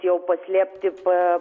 jau paslėpti pajūrio